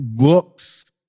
looks